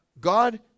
God